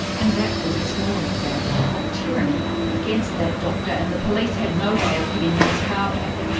and that was a small example of tyranny against that doctor, and the police had no way of giving him his car back,